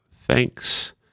thanks